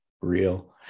real